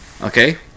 Okay